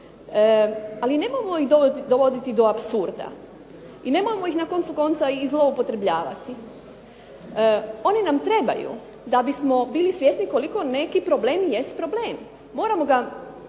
ali nemojmo ih dovoditi do apsurda i nemojmo na koncu konca i zloupotrebljavati. Oni nam trebaju da bismo bili svjesni koliko neki problem jest problem, moramo ga